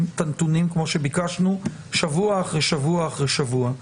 את הנתונים כמו שביקשנו שבוע אחרי שבוע אחרי שבוע.